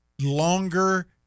longer